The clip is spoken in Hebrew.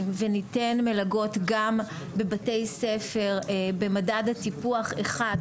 וניתן מלגות גם בבתי ספר במדד הטיפוח 1,